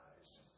eyes